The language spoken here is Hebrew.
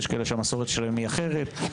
יש כאלה שהמסורת שלהם היא אחרת.